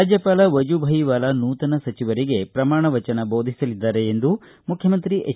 ರಾಜ್ಯಪಾಲ ವಜೂಭಾಯಿ ವಾಲಾ ನೂತನ ಸಚಿವರಿಗೆ ಪ್ರಮಾಣವಚನ ದೋಧಿಸಲಿದ್ದಾರೆ ಎಂದು ಮುಖ್ಖಮಂತ್ರಿ ಎಚ್